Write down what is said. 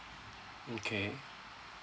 okay